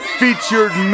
featured